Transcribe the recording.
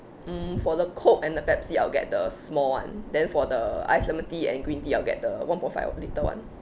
mm for the coke and the Pepsi I'll get the small one then for the iced lemon tea and green tea I'll get the one point five litre one